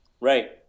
Right